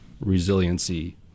resiliency